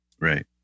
right